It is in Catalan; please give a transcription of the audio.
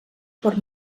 per